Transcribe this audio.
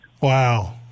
Wow